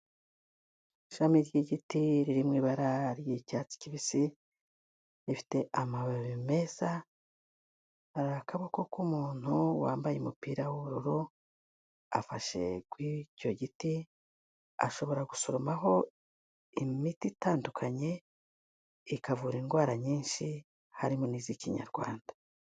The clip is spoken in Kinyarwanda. Ishami ry'igiti riririmo ibara ry'icyatsi kibisi rifite amababi meza ari akaboko k'umuntu wambaye umupira w'ubururu afashe kuri icyo giti ashobora gusoromaho imiti itandukanye ikavura indwara nyinshi harimo n'iz'ikinyarwanda